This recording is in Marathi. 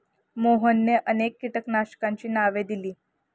मोहनने अनेक कीटकनाशकांची नावे दिली